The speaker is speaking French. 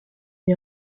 est